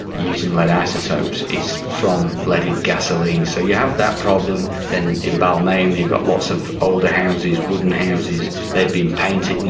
using lead isotopes, is from leaded gasoline. so you have that problem, then in in balmain you've got lots of older houses, wooden houses they've been painted,